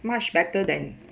much better than